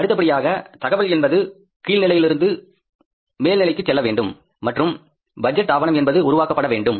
அடுத்தபடியாக தகவல் என்பது கீழ் நிலையிலிருந்து மேல் நிலைக்குச் செல்ல வேண்டும் மற்றும் பட்ஜெட் டாகுமெண்ட் என்பது உருவாக்கப்பட வேண்டும்